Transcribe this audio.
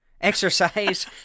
exercise